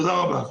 תודה רבה.